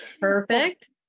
Perfect